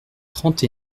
trente